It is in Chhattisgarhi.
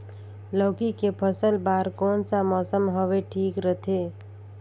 लौकी के फसल बार कोन सा मौसम हवे ठीक रथे?